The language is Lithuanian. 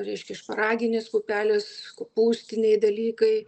reiškia šparaginės pupelės kopūstiniai dalykai